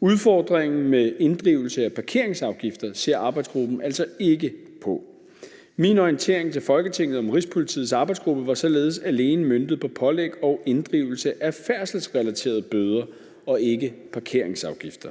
Udfordringen med inddrivelse af parkeringsafgifter ser arbejdsgruppen altså ikke på. Min orientering til Folketinget om Rigspolitiets arbejdsgruppe var således alene møntet på pålæg og inddrivelse af færdselsrelaterede bøder og ikke parkeringsafgifter.